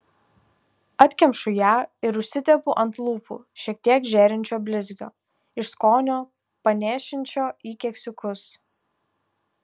atkemšu ją ir užsitepu ant lūpų šiek tiek žėrinčio blizgio iš skonio panėšinčio į keksiukus